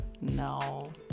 No